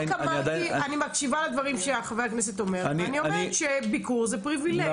אני מקשיבה לדברים שחבר הכנסת אומר ואני אומרת שביקור זה פריבילגיה.